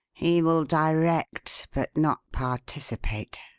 he will direct, but not participate.